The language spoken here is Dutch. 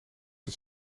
het